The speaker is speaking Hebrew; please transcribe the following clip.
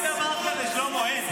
אין דבר כזה, שלמה, אין.